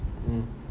mm